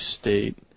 state